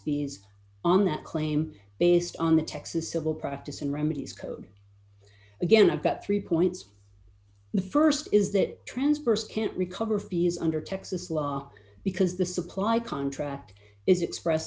fees on that claim based on the texas civil practice and remedies code again i've got three dollars points the st is that transversed can't recover fees under texas law because the supply contract is express